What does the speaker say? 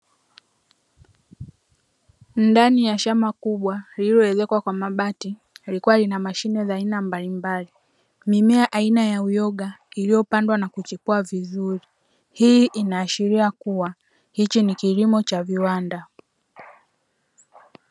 Ndani ya shamba kubwa lililoezekwa kwa mabati likiwa lina mashine za aina mbalimbali. mimea aina ya uyoga iliyopandwa na kuchipua vizuri hii inaashiria kuwa hichi ni kilimo cha viwanda.